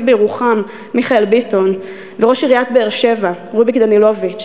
בירוחם מיכאל ביטון וראש עיריית באר-שבע רוביק דנילוביץ.